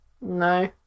No